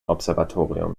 observatorium